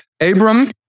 Abram